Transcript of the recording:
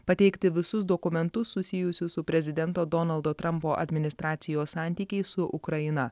pateikti visus dokumentus susijusius su prezidento donaldo trampo administracijos santykiais su ukraina